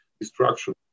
destruction